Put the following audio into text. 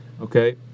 okay